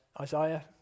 Isaiah